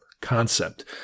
concept